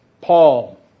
Paul